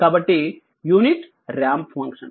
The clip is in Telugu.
కాబట్టి యూనిట్ రాంప్ ఫంక్షన్